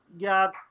got